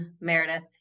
Meredith